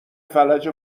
فلج